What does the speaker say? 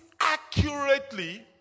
accurately